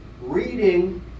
reading